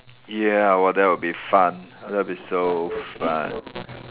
ya !wah! that will be fun that will be so fun